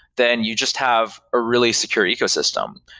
then you just have a really secure ecosystem.